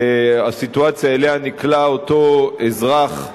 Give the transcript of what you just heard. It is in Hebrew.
הסיטואציה שאליה נקלע אותו אזרח,